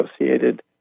associated